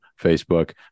facebook